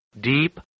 deep